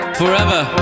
forever